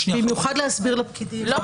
במיוחד להסביר את זה לפקידי רשות האוכלוסין,